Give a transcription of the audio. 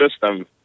system